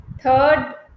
third